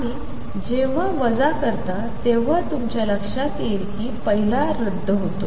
आणि जेव्हा वजा करता तेव्हा तुमच्या लक्षात येईल की पहिला रद्द होतो